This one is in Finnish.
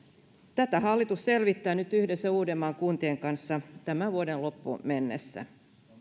tätä hallitus selvittää nyt yhdessä uudenmaan kuntien kanssa tämän vuoden loppuun mennessä